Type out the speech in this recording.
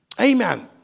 Amen